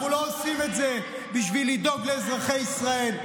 אנחנו לא עושים את זה בשביל לדאוג לאזרחי ישראל,